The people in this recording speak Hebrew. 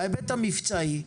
בהיבט המבצעי,